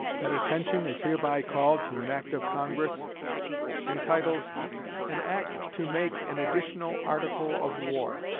that attention is hereby called to an act of congress entitled an act to make an additional article of war,